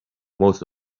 most